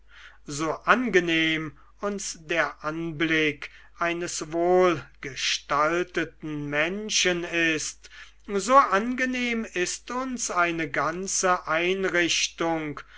so angenehm uns der anblick eines wohlgestalteten menschen ist so angenehm ist uns eine ganze einrichtung